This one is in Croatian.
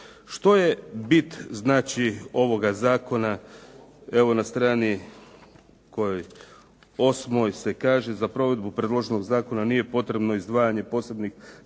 Što je bit znači ovoga zakona, evo na strani 8. se kaže za provedbu predloženog zakona nije potrebno izdvajanje posebnih